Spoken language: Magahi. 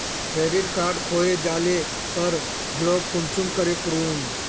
क्रेडिट कार्ड खोये जाले पर ब्लॉक कुंसम करे करूम?